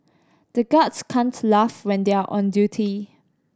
the guards can't laugh when they are on duty